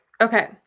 Okay